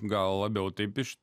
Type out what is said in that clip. gal labiau taip iš